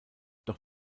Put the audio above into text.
doch